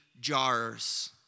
jars